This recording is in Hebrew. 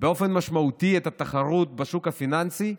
באופן משמעותי את התחרות בשוק הפיננסי,